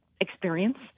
experience